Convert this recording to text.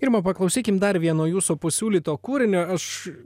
irma paklausykim dar vieno jūsų pasiūlyto kūrinio aš